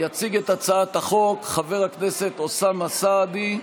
יציג את הצעת החוק חבר הכנסת אוסאמה סעדי,